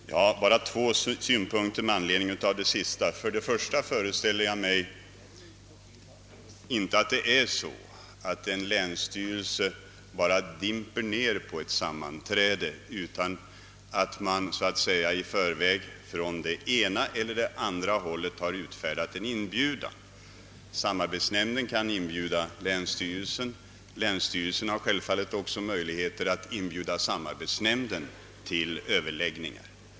Herr talman! Jag har bara två synpunkter att framföra med anledning av det senaste anförandet. För det första föreställer jag mig att det inte är så, att en länsstyrelse bara »dimper ned» på ett sammanträde, utan att man har så att säga i förväg från det ena eller andra hållet utfärdat en inbjudan. Samarbetsnämnderna kan bjuda in länsstyrelserna, som självfallet också har möjligheter att inbjuda samarbetsnämnder till överläggningar.